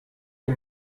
für